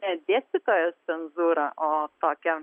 ne dėstytojos cenzūrą o tokią